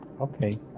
Okay